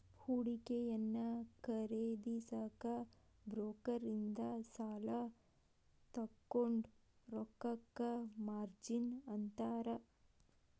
ಹೂಡಿಕೆಯನ್ನ ಖರೇದಿಸಕ ಬ್ರೋಕರ್ ಇಂದ ಸಾಲಾ ತೊಗೊಂಡ್ ರೊಕ್ಕಕ್ಕ ಮಾರ್ಜಿನ್ ಅಂತಾರ